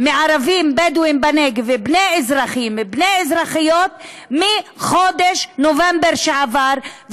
מערבים בדואים בנגב ובני אזרחים ובני אזרחיות מחודש נובמבר שעבר,